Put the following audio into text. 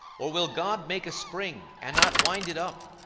or will god make a spring, and not wind it up?